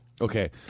Okay